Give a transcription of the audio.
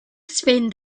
spend